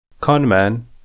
Conman